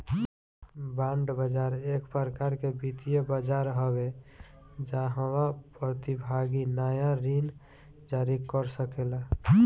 bond बाजार एक प्रकार के वित्तीय बाजार हवे जाहवा प्रतिभागी नाया ऋण जारी कर सकेला